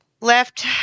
left